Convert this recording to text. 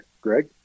Greg